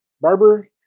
Barber